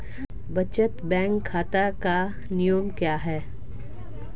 बचत बैंक खाता के नियम क्या हैं?